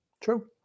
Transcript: True